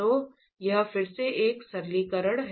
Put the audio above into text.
तो यह फिर से एक सरलीकरण है